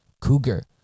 Cougar